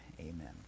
amen